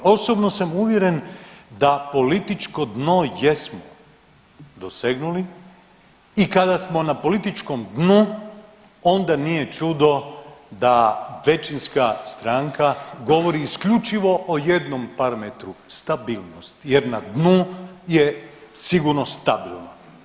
Osobno sam uvjeren da političko dno jesmo dosegnuli i kada smo na političkom dnu, onda nije čudo da većinska stranka govori isključivo o jednom parametru, stabilnosti, jer na dnu je sigurno stabilno.